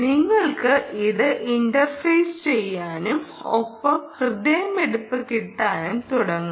നിങ്ങൾക്ക് ഇത് ഇന്റർഫേസ് ചെയ്യാനും ഒപ്പം ഹൃദയമിടിപ്പ് കിട്ടാനും തുടങ്ങും